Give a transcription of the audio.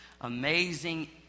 amazing